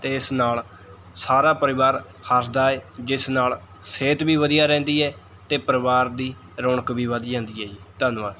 ਅਤੇ ਇਸ ਨਾਲ਼ ਸਾਰਾ ਪਰਿਵਾਰ ਹੱਸਦਾ ਏ ਜਿਸ ਨਾਲ ਸਿਹਤ ਵੀ ਵਧੀਆ ਰਹਿੰਦੀ ਹੈ ਅਤੇ ਪਰਿਵਾਰ ਦੀ ਰੌਣਕ ਵੀ ਵੱਧ ਜਾਂਦੀ ਹੈ ਜੀ ਧੰਨਵਾਦ